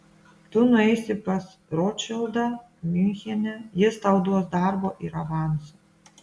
tu nueisi pas rotšildą miunchene jis tau duos darbo ir avansą